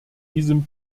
diesem